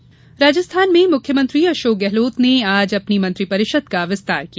अशोक गहलोत राजस्थान में मुख्यमंत्री अशोक गहलोत ने आज अपने मंत्रिपरिषद का विस्ताार किया